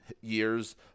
years